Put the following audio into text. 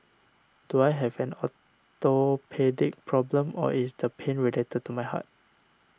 do I have an orthopaedic problem or is the pain related to my heart